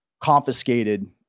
confiscated